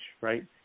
right